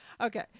Okay